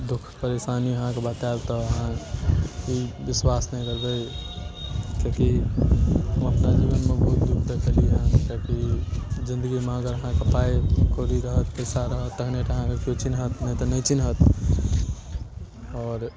दुःख परेशानी अहाँके बतायब तऽ अहाँ विश्वास नहि करबै किएक कि हम अपना जीवनमे बहुत दुःख देखलियै हँ किएक कि जिंदगीमे अगर अहाँ पाइ कौड़ी रहत पैसा रहत तहने टा अहाँके केओ चिन्हत नहि तऽ नहि चिन्हत आओर